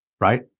Right